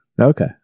Okay